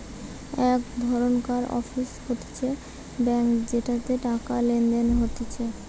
এক ধরণকার অফিস হতিছে ব্যাঙ্ক যেটাতে টাকা লেনদেন হতিছে